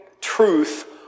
truth